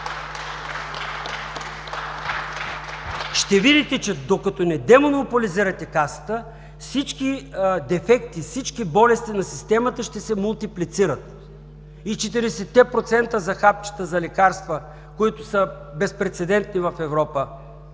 Ще видите, че докато не демонополизирате Касата, всички дефекти, всички болести на системата ще се мултиплицират, и 40-те процента за хапчета, за лекарства, които са безпрецедентни в Европа,